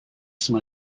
some